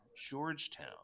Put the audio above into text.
Georgetown